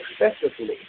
excessively